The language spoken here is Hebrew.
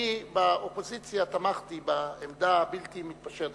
אני, באופוזיציה, תמכתי בעמדה הבלתי מתפשרת.